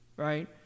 right